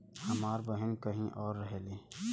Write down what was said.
हमार बहिन कहीं और रहेली